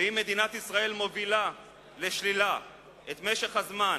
ואם מדינת ישראל מובילה לשלילה את משך הזמן